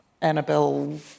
Annabelle